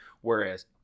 Whereas